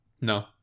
No